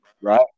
Right